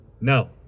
No